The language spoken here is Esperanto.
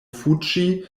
fuĝi